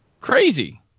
Crazy